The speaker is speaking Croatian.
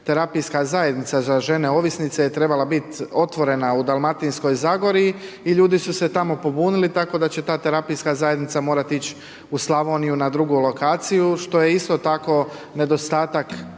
terapijska zajednica za žene ovisnice je trebala biti otvorena u dalmatinskoj zagori i ljudi su se tamo pobunili tako da će ta terapijska zajednica morati ići u Slavoniju na drugu lokaciju, što je isto tako nedostatak